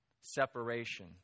separation